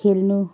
खेल्नु